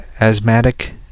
Asthmatic